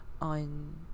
on